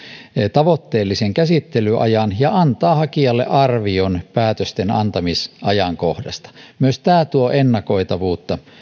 tavoitteellisen käsittelyajan ja antaa hakijalle arvion päätösten antamisajankohdasta myös tämä tuo ennakoitavuutta